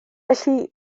felly